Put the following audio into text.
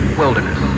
wilderness